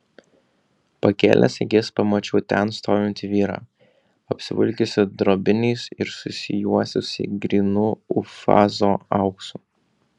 pakėlęs akis pamačiau ten stovintį vyrą apsivilkusį drobiniais ir susijuosusį grynu ufazo auksu